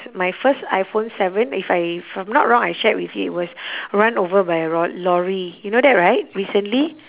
my first iPhone seven if I if I'm not wrong I shared with you it was run over by a ro~ lorry you know that right recently